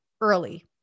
early